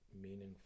meaningful